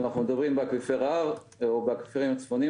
אם אנחנו מדברים באקוויפר ההר או באקוויפרים הצפוניים,